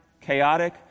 chaotic